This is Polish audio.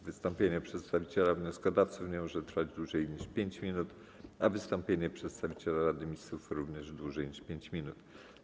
Wystąpienie przedstawiciela wnioskodawców nie może trwać dłużej niż 5 minut, a wystąpienie przedstawiciela Rady Ministrów - również dłużej niż 5 minut.